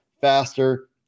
faster